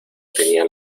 tenía